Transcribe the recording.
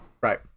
Right